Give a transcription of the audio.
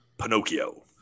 Pinocchio